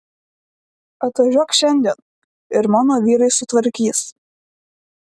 atvažiuok šiandien ir mano vyrai sutvarkys